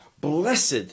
Blessed